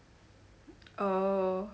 oh